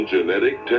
Genetic